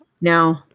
no